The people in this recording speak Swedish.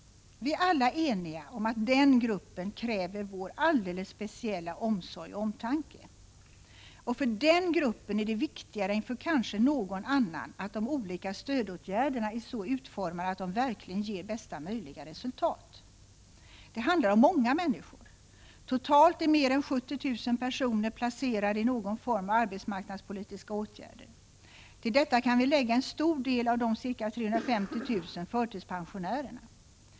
Vi är alla eniga om att den gruppen kräver vår alldeles speciella omsorg och omtanke. Och för den gruppen är det viktigare än för kanske någon annan att de olika stödåtgärderna är så utformade att de verkligen ger bästa möjliga resultat. Det handlar om många människor. Totalt är mer än 70 000 personer placerade i någon form av arbetsmarknadspolitiska åtgärder. Till detta kan vi lägga en stor del av de ca 350 000 förtidspensionärerna.